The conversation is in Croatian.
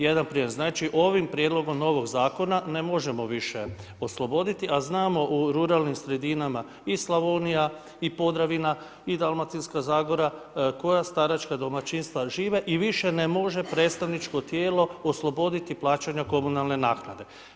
Jedan primjer, znači ovim prijedlogom novog zakona ne možemo više osloboditi a znamo u ruralnim sredinama i Slavonija i Podravina i Dalmatinska zagora koja staračka domaćinstva žive i više ne može predstavničko tijelo osloboditi plaćanja komunalne naknade.